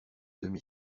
demi